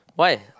why